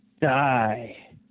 die